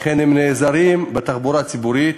לכן, הם נעזרים בתחבורה הציבורית,